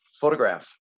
photograph